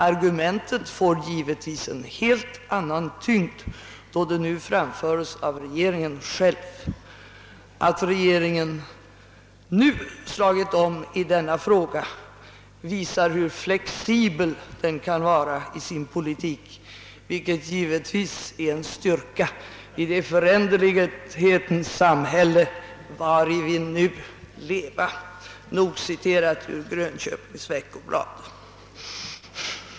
Argumentet får givetvis en helt annan tyngd då det nu framföres av regeringen själv. Att regeringen nu slagit om i denna fråga visar hur flexibel den kan vara i sin politik, vilket givetvis är en styrka i det föränderlighetens samhälle vari vi nu leva.» Nog citerat ur Grönköpings Veckoblad! Herr talman!